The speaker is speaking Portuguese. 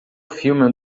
filme